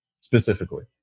specifically